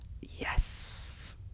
Yes